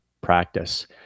practice